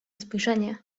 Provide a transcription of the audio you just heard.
spojrzenie